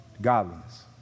godliness